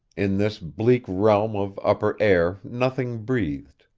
in this bleak realm of upper air nothing breathed,